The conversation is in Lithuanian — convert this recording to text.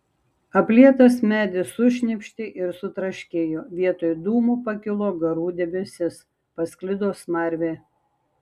aplietas medis sušnypštė ir sutraškėjo vietoj dūmų pakilo garų debesis pasklido smarvė